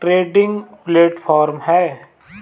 trading platform है